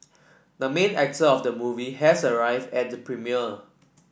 the main actor of the movie has arrived at the premiere